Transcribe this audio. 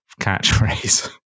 catchphrase